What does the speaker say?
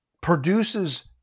produces